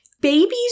Babies